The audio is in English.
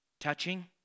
touching